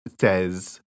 says